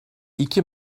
iki